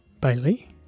Bailey